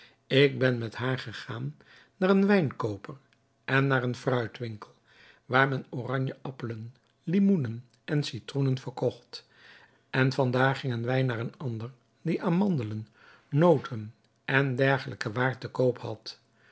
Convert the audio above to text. ik ben met haar gegaan naar een wijnkooper en naar een fruitwinkel waar men oranjeappelen limoenen en citroenen verkocht van daar gingen wij naar een ander die amandelen noten en dergelijke waar te koop had